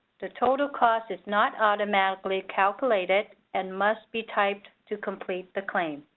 the total cost is not automatically calculated and must be typed to complete the claim.